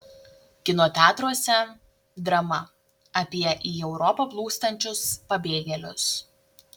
kino teatruose drama apie į europą plūstančius pabėgėlius